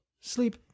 sleep